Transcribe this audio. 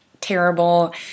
terrible